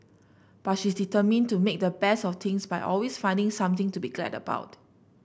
but she is determined to make the best of things by always finding something to be glad about